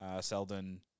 Seldon